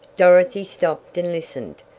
dorothy stopped and listened.